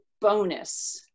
bonus